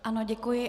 Ano, děkuji.